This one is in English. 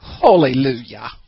Hallelujah